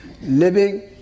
living